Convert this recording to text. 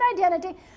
identity